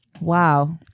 Wow